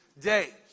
day